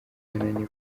yananiwe